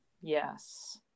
Yes